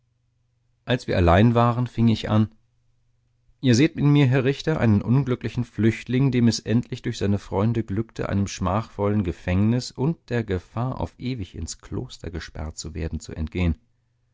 als wir allein waren fing ich an ihr seht in mir herr richter einen unglücklichen flüchtling dem es endlich durch seine freunde glückte einem schmachvollen gefängnis und der gefahr auf ewig ins kloster gesperrt zu werden zu entgehen